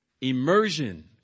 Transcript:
Immersion